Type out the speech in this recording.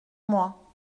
moi